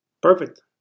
Perfect